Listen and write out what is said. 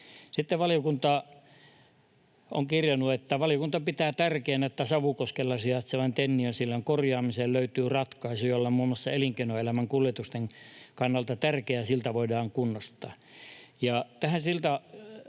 Sitten valiokunta on kirjannut, että ”valiokunta pitää tärkeänä, että Savukoskella sijaitsevan Tenniön sillan korjaamiseen löytyy ratkaisu, jolla muun muassa elinkeinoelämän kuljetusten kannalta tärkeä silta voidaan kunnostaa”.